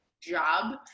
job